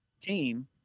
team